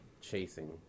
chasing